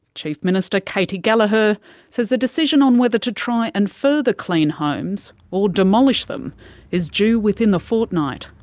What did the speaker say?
chief minister katy gallagher says a decision on whether to try and further clean homes or demolish them is due within the fortnight.